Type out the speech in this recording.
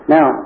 Now